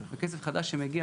זה כסף חדש שמגיע עכשיו.